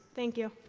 thank you.